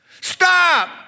Stop